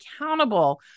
accountable